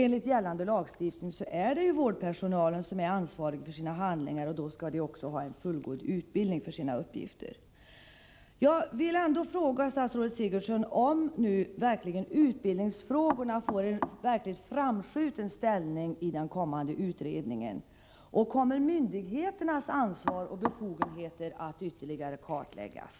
Enligt gällande lagstiftning är vårdpersonalen ansvarig för sina handlingar, och då skall den också ha fått fullgod utbildning för sina uppgifter. Jag vill ändå fråga statsrådet Sigurdsen om utbildningsfrågorna kommer att få en verkligt framskjuten ställning i den kommande utredningen. Kommer myndigheternas ansvar och befogenheter att ytterligare kartläggas?